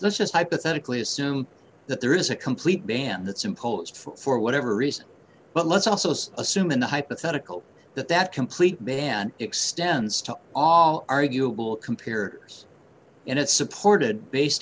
let's just hypothetically assume that there is a complete ban that's imposed for whatever reason but let's also say assume in the hypothetical that that completely ban extends to all arguable compare and it's supported based